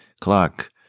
clock